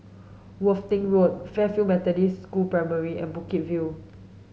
Worthing Road Fairfield Methodist School Primary and Bukit View